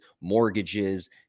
mortgages